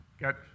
Got